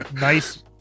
nice